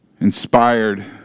inspired